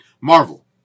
Marvel